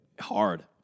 Hard